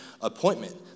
appointment